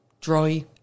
dry